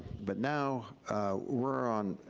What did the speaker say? but now we're on,